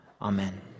Amen